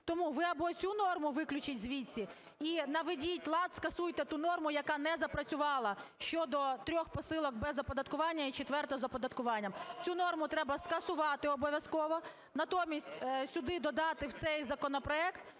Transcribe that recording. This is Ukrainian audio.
Тому ви або цю норму виключіть звідси і наведіть лад, скасуйте ту норму, яка не запрацювала щодо трьох посилок без оподаткування і четверта з оподаткуванням. Цю норму треба скасувати обов'язково, натомість сюди додати в цей законопроект